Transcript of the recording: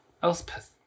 Elspeth